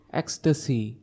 ecstasy